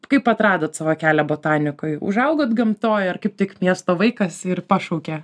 kaip atradot savo kelią botanikoj užaugot gamtoj ar kaip tik miesto vaikas ir pašaukė